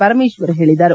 ಪರಮೇಶ್ವರ್ ಹೇಳಿದರು